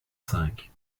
cinq